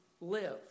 live